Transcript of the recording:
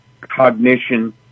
cognition